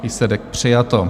Výsledek: přijato.